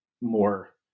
more